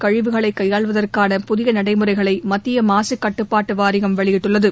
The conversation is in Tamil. கழிவுகளை கையாள்வதற்கான புதிய நடைமுறைகளை மத்திய மாசு கட்டுப்பாட்டு வாரியம் வெளியிட்டுள்ளது